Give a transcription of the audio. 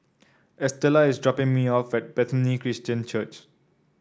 Estella is dropping me off at Bethany Christian Church